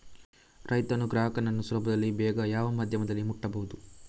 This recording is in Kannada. ರೈತನು ಗ್ರಾಹಕನನ್ನು ಸುಲಭದಲ್ಲಿ ಬೇಗ ಯಾವ ಮಾಧ್ಯಮದಲ್ಲಿ ಮುಟ್ಟಬಹುದು?